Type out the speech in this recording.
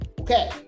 Okay